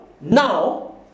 Now